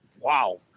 Wow